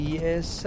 yes